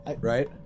Right